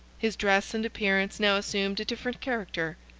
his dress and appearance now assumed a different character.